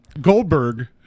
Goldberg